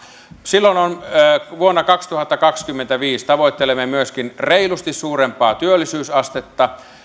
silloin vuonna kaksituhattakaksikymmentäviisi tavoittelemme myöskin reilusti suurempaa työllisyysastetta